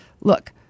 Look